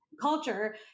culture